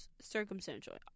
circumstantial